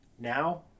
Now